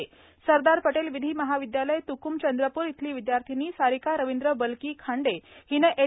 दोन स्वर्णपदक सरदार पटेल विधी महाविद्यालय तूकूम चंद्रपूर येथील विद्यार्थिनी सारिका रविंद्र बलकी खांडे हिने एल